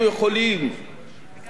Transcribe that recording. לאלץ את אותן חברות